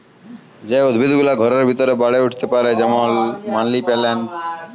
যে উদ্ভিদ গুলা ঘরের ভিতরে বাড়ে উঠ্তে পারে যেমল মালি পেলেলট